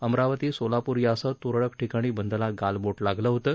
अमरावती सोलापूर यासह तुरळक ठिकाणी बंदला गालबोट लागलं होतं